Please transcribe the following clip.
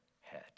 head